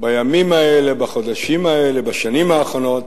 בימים האלה, בחודשים האלה, בשנים האחרונות,